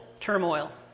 turmoil